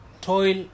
toil